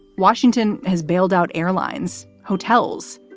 washington has bailed out airlines, hotels,